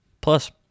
Plus